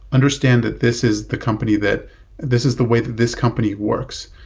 understand that this is the company that this is the way that this company works.